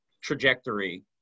trajectory